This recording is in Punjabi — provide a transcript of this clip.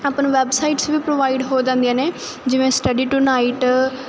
ਆਪਾਂ ਨੂੰ ਵੈੱਬਸਾਈਟਸ ਵੀ ਪ੍ਰੋਵਾਈਡ ਹੋ ਜਾਂਦੀਆਂ ਨੇ ਜਿਵੇਂ ਸਟਡੀ ਟੂਨਾਈਟ